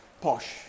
posh